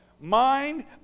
mind